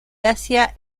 hacia